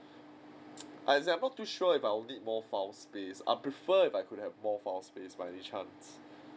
as in I'm not too sure if I would need more file space I prefer if I could have more file space by any chance